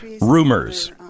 rumors